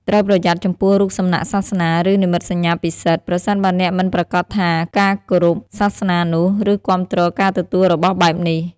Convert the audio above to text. ត្រូវប្រយ័ត្នចំពោះរូបសំណាកសាសនា ឬនិមិត្តសញ្ញាពិសិដ្ឋ ប្រសិនបើអ្នកមិនប្រាកដថាគេគោរពសាសនានោះ ឬគាំទ្រការទទួលរបស់បែបនេះ។